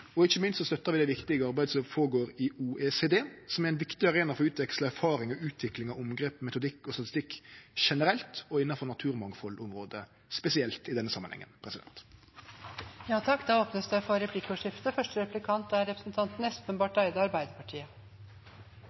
Og ikkje minst støttar vi det viktige arbeidet som føregår i OECD, som er ein viktig arena for å utveksle erfaring og utvikling av omgrepet «metodikk og statistikk» generelt, og innanfor naturmangfaldsområdet spesielt i denne samanhengen. Det blir replikkordskifte. Jeg konstaterer med tilfredshet at statsråden deler engasjementet for begrepet «naturrisiko». Det tror jeg på og er